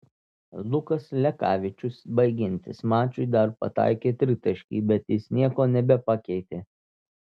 lukas lekavičius baigiantis mačui dar pataikė tritaškį bet jis nieko nebepakeitė